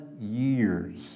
years